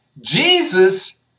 Jesus